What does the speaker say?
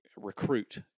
Recruit